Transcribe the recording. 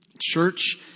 Church